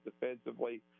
defensively